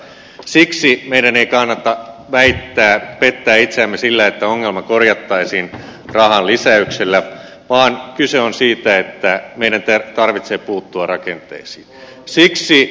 siksi meidän ei kannata väittää pettää itseämme sillä että ongelma korjattaisiin rahan lisäyksellä vaan kyse on siitä että meidän tarvitsee puuttua rakenteisiin